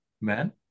man